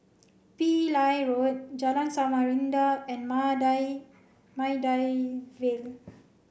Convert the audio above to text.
Pillai Road Jalan Samarinda and Maida Maida Vale